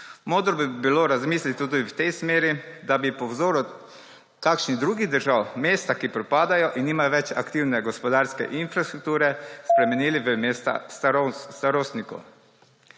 Modro bi bilo razmisliti tudi v tej smeri, da bi po vzoru kakšnih drugih držav, mesta, ki propadajo in nimajo več aktivne gospodarske infrastrukture, / znak za konec